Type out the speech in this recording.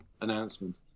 announcement